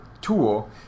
tool